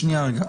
שנייה רגע.